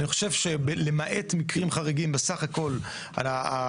אני חושב שלמעט מקרים חריגים בסך הכל שיתוף